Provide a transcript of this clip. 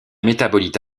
métabolite